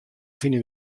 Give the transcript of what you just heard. fine